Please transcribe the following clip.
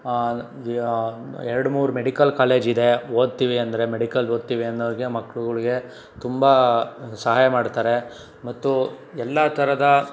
ಎರಡ್ಮೂರು ಮೆಡಿಕಲ್ ಕಾಲೇಜಿದೆ ಓದ್ತೀವಿ ಅಂದರೆ ಮೆಡಿಕಲ್ ಓದ್ತೀವಿ ಅನ್ನೋರಿಗೆ ಮಕ್ಕಳುಗಳಿಗೆ ತುಂಬ ಸಹಾಯ ಮಾಡ್ತಾರೆ ಮತ್ತು ಎಲ್ಲ ಥರದ